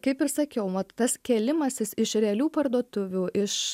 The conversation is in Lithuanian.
kaip ir sakiau tas kėlimasis iš realių parduotuvių iš